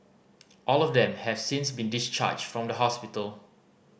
all of them has since been discharged from the hospital